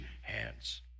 hands